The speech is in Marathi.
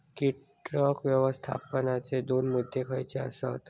कीटक व्यवस्थापनाचे दोन मुद्दे खयचे आसत?